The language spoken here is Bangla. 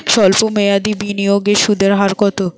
সল্প মেয়াদি বিনিয়োগের সুদের হার কত?